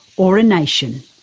or a nation.